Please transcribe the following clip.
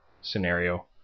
scenario